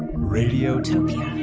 radiotopia